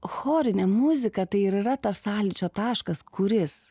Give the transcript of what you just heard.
chorinė muzika tai ir yra tas sąlyčio taškas kuris